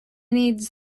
needs